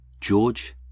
George